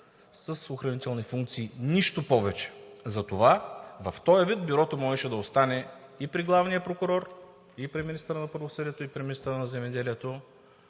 с охранителни функции и нищо повече. Затова в този вид Бюрото можеше да остане и при главния прокурор, и при министъра на правосъдието, и при министъра на земеделието.